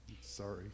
sorry